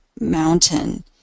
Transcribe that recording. mountain